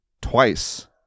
twice